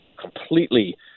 completely